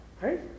right